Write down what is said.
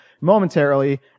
momentarily